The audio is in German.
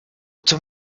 zum